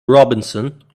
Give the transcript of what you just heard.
robinson